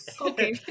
Okay